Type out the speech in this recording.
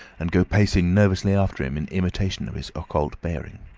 and go pacing nervously after him in imitation of his occult bearing.